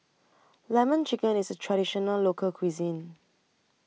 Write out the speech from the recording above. Lemon Chicken IS A Traditional Local Cuisine